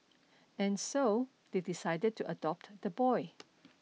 and so they decided to adopt the boy